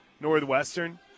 Northwestern